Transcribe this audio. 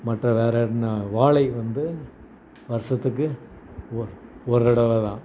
மற்ற வேறு என்ன வாழை வந்து வருடத்துக்கு ஒ ஒரு தடவை தான்